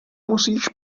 musíš